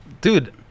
dude